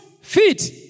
feet